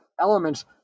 elements